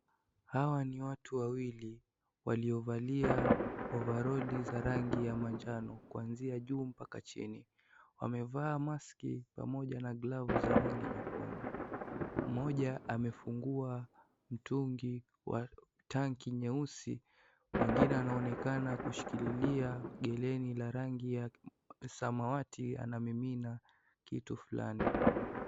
Hawa ni watu wawili waliovalia ovaroli za rangi ya manjano kuanzia juu mpaka chini. Wamevaa maski pamoja na glavu za rangi nyekundu. Mmoja amefungua mtungi wa tanki nyeusi, mwingine anaonekana kushikililia gereni la rangi ya samawati anamimina kitu fulani.